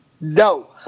No